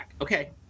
Okay